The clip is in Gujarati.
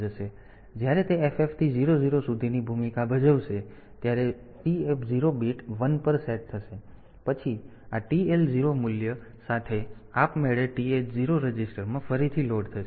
તેથી જ્યારે તે ff થી 00 સુધીની ભૂમિકા ભજવશે ત્યારે TF0 બીટ 1 પર સેટ થશે અને પછી આ TL0 મૂલ્ય સાથે આપમેળે TH0 રજિસ્ટરમાં ફરીથી લોડ થશે